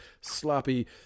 sloppy